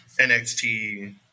NXT